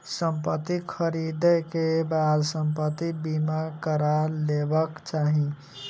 संपत्ति ख़रीदै के बाद संपत्ति बीमा करा लेबाक चाही